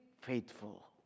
faithful